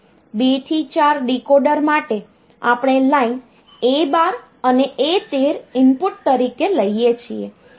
2 થી 4 ડીકોડર માટે આપણે લાઇન A12 અને A13 ઇનપુટ તરીકે લઇએ છીએ